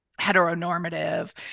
heteronormative